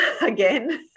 again